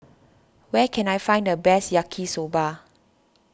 where can I find the best Yaki Soba